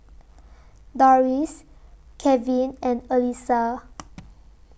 Doris Kevin and Elyssa